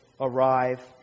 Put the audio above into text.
arrive